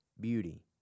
beauty